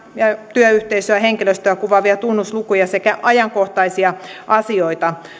työyhteisöä ja henkilöstöä kuvaavia tunnuslukuja sekä ajankohtaisia asioita